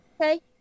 Okay